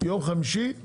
יום חמישי, פתרון.